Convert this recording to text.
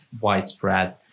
widespread